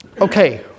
Okay